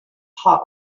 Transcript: hot